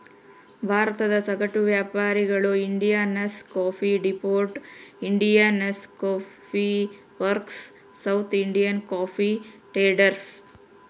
ಭಾರತದ ಸಗಟು ವ್ಯಾಪಾರಿಗಳು Indian coffee depot, Indian coffee works, south Indian coffee traders